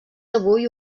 avui